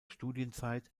studienzeit